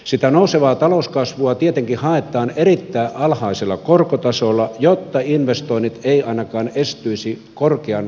sitä nousevaa talouskasvua tietenkin haetaan erittäin alhaisella korkotasolla jotta investoinnit eivät ainakaan estyisi korkean korkotason takia